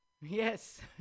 Yes